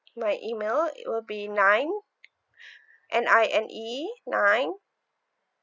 my email it will be nine N I N E nine